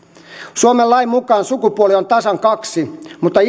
suomen lain mukaan sukupuolia on tasan kaksi mutta